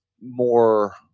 more